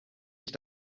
ich